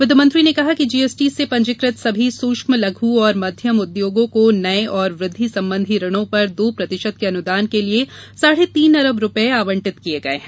वित्तमंत्री ने कहा कि जीएसटी से पंजीकृत सभी सूक्ष्म लघ् और मध्यतम उद्योगों को नये और वृद्धि संबंधी ऋणों पर दो प्रतिशत के अनुदान के लिए साढ़े तीन अरब रूपये आवंटित किये हैं